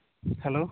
hello